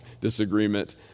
disagreement